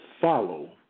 follow